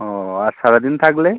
ও আর সারাদিন থাকলে